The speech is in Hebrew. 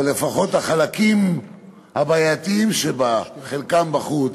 אבל לפחות החלקים הבעייתיים שבה, חלקם בחוץ,